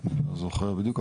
אני לא זוכר בדיוק,